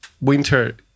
Winter